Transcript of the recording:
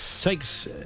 takes